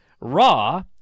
Raw